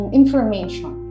information